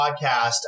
podcast